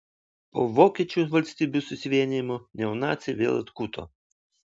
po vokiečių valstybių susivienijimo neonaciai vėl atkuto